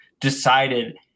decided